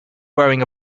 wearing